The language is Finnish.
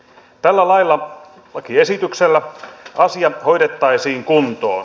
tällä lakiesityksellä asia hoidettaisiin kuntoon